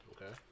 Okay